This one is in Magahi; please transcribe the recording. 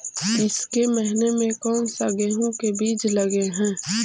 ईसके महीने मे कोन सा गेहूं के बीज लगे है?